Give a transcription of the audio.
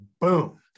boom